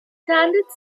standard